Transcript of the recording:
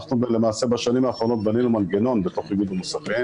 בשנים האחרונות אנחנו בנינו מנגנון בתוך איגוד המוסכים